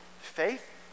faith